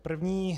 První.